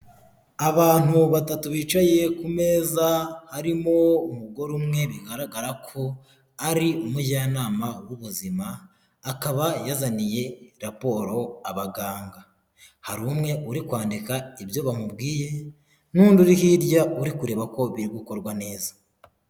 Abantu batatu bicaye ku meza, harimo umugore umwe bigaragara ko ari umujyanama w'ubuzima, akaba yazaniye raporo abaganga, hari umwe uri kwandika ibyo bamubwiye n'undi uri hirya uri kureba ko biri gukorwa neza.